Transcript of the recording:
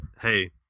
Hey